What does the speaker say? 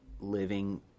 living